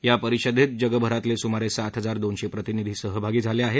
या परिषदेत जगभरातले सुमारे सात हजार दोनशे प्रतिनिधी सहभागी झाले आहेत